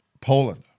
Poland